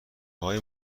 های